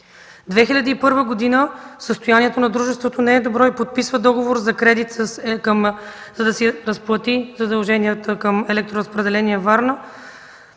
2001 г. състоянието на дружеството не е добро и подписва договор за кредит, за да си разплати задълженията към „Електроразпределение – Варна”.